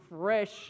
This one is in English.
Fresh